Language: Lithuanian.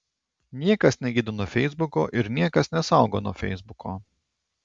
niekas negydo nuo feisbuko ir niekas nesaugo nuo feisbuko